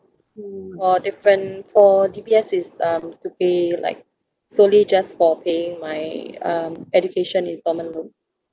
for different for D_B_S is um to be like solely just for paying my um education instalment loan